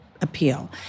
appeal